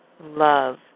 love